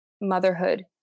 Motherhood